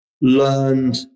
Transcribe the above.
learned